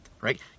right